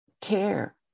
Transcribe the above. care